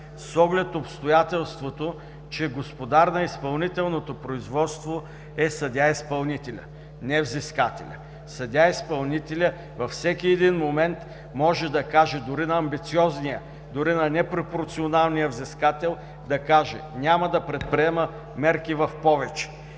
оглед на обстоятелството, че господар на изпълнителното производство е съдия-изпълнителят, не взискателят. Съдия-изпълнителят във всеки един момент може да каже дори на амбициозния, дори на непропорционалния взискател: „Няма да предприема мерки в повече“.